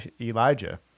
Elijah